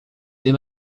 ele